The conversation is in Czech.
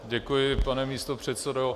Děkuji, pane místopředsedo.